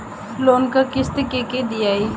Loan क किस्त के के दियाई?